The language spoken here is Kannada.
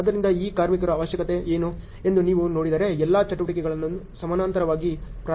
ಆದ್ದರಿಂದ ಈ ಕಾರ್ಮಿಕರ ಅವಶ್ಯಕತೆ ಏನು ಎಂದು ನೀವು ನೋಡಿದರೆ ಎಲ್ಲಾ ಚಟುವಟಿಕೆಗಳನ್ನು ಸಮಾನಾಂತರವಾಗಿ ಪ್ರಾರಂಭಿಸಬಹುದೇ